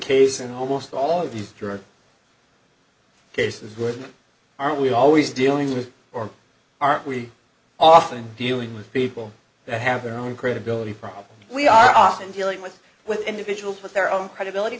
in almost all of these cases goodman are we always dealing with or aren't we often dealing with people that have their own credibility problems we are often dealing with with individuals with their own credibility